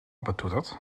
betoeterd